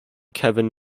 kevin